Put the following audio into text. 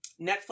netflix